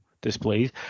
displays